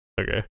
okay